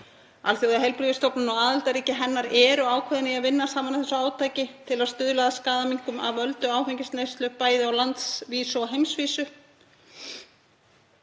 Alþjóðaheilbrigðismálastofnunin og aðildarríki hennar eru ákveðin í að vinna saman að þessu átaki til að stuðla að skaðaminnkun af völdum áfengisneyslu, bæði á landsvísu og á heimsvísu.